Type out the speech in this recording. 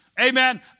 amen